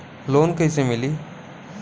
Loan कईसे मिली?